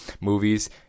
Movies